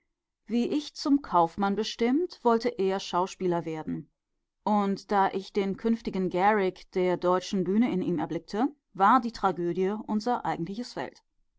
wie ich zum kaufmann bestimmt wollte er schauspieler werden und da ich den künftigen garrick der deutschen bühne in ihm erblickte war die tragödie unser eigentliches